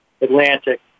Atlantic